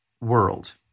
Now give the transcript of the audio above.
world